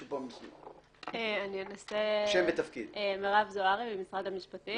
אני מרב זוהרי, ממשרד המשפטים.